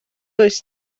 does